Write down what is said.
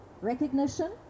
recognition